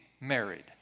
married